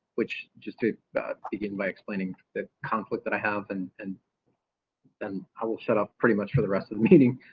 which just to begin by explaining the conflict that i have and. and then, i will set up pretty much for the rest of the meeting,